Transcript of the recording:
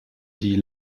die